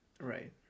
Right